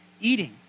eating